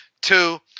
Two